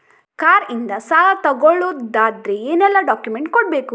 Car ಇಂದ ಸಾಲ ತಗೊಳುದಾದ್ರೆ ಏನೆಲ್ಲ ಡಾಕ್ಯುಮೆಂಟ್ಸ್ ಕೊಡ್ಬೇಕು?